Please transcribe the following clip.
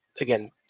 Again